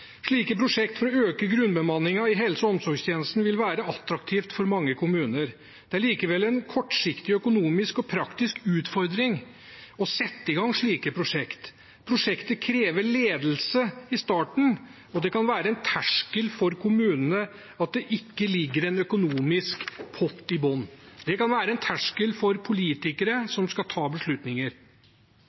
Slike prosjekter for å øke grunnbemanningen i helse- og omsorgstjenesten vil være attraktivt for mange kommuner. Det er likevel en kortsiktig økonomisk og praktisk utfordring å sette i gang slike prosjekter. Prosjektet krever ledelse i starten, og det kan være en terskel for kommunene at det ikke ligger en økonomisk pott i bunnen. Det kan være en terskel for politikere som skal ta beslutninger,